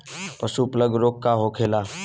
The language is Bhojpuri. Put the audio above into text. पशु प्लग रोग का होखेला?